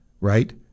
right